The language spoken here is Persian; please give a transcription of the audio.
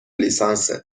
لیسانست